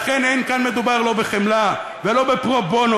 לכן לא מדובר כאן, לא בחמלה ולא בפרו-בונו.